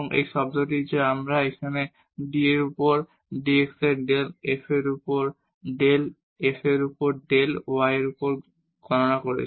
এই টার্মটি যা আমরা এখানে d এর উপর dx এর ডেল f এর উপর ডেল y এর উপর গণনা করেছি